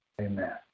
amen